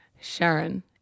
Sharon